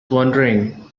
wondering